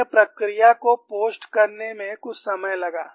उन्हें प्रक्रिया को पोस्ट करने में कुछ समय लगा